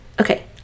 Okay